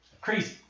crazy